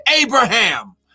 Abraham